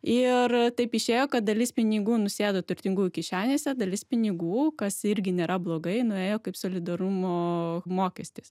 ir taip išėjo kad dalis pinigų nusėdo turtingųjų kišenėse dalis pinigų kas irgi nėra blogai nuėjo kaip solidarumo mokestis